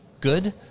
good